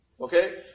Okay